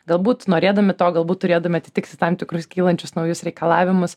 galbūt norėdami to galbūt turėdami atitikti tam tikrus kylančius naujus reikalavimus